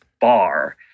bar